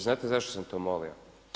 Znate zašto sam to molio?